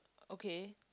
okay